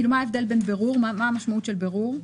מה המשמעות של בירור?